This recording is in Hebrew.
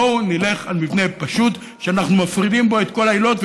בואו נלך על מבנה פשוט שאנחנו מפרידים בו את כל העילות,